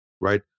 right